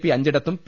P അഞ്ചിടത്തും P